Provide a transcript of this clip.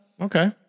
Okay